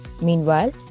Meanwhile